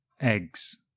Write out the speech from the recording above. eggs